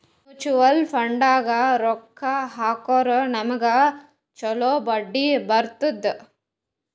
mutual ಫಂಡ್ನಾಗ್ ರೊಕ್ಕಾ ಹಾಕುರ್ ನಮ್ಗ್ ಛಲೋ ಬಡ್ಡಿ ಬರ್ತುದ್